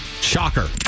Shocker